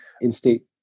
in-state